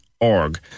org